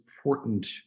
important